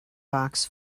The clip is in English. box